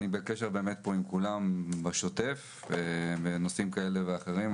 אני בקשר עם כולם בשוטף בנושאים כאלה ואחרים.